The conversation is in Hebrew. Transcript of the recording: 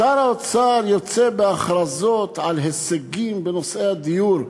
שר האוצר יוצא בהכרזות על הישגים בנושא הדיור.